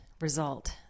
result